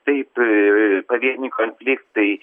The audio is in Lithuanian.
taip pavieniai konfliktai